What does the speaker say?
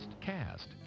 Cast